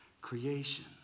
creation